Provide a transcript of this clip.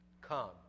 Come